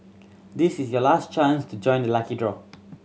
this is your last chance to join the lucky draw